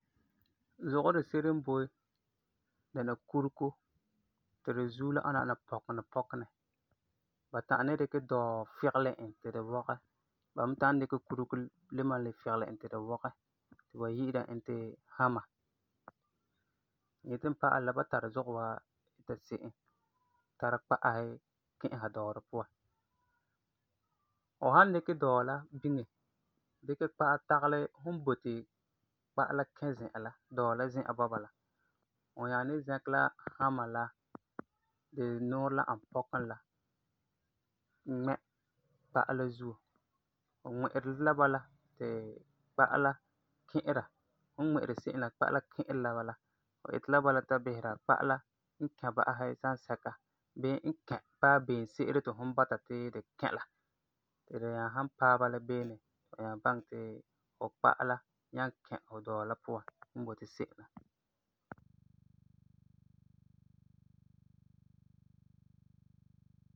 Zugɔ di se'ere n boi, dɛna kurego ti de zuo la ana ŋwana pɔkinɛ pɔkinɛ. Ba ta'am ni dikɛ dɔɔ figelɛ e ti di wɔgɛ, ba me ta'am dikɛ kurego le malum figelɛ e ti di wɔgɛ, ti ba yi'ira e ti hammar. N yeti n pa'alɛ la ba tari zugɔ wa ita se'em, tara kpa'asi ki'isera dɔɔrɔ puan. Fu san dikɛ dɔɔ la biŋe, dikɛ kpa'a tagelɛ fum boti kpa'a la kɛ zi'an la (dɔɔ la zi'an bɔba la), fu nyaa ni zɛkɛ la hammar la, di zuo la n ani pɔkinɛ la, ŋmɛ kpa'a la zuo. Fu ŋmi'iri se'em la kpa'a la ki'iri la bala. Fu iti la bala ta bisera kpa'a la n kɛ ba'asɛ san sɛka bii e kɛ paɛ ben se'ere ti fu bɔta ti di kɛ la, ti di san paɛ bala beene ti fu nyaa baŋɛ ti fu kpa'a la nyaŋɛ kɛ fu dɔɔ la puan fum n boti se'em.